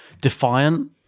defiant